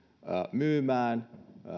myymään ja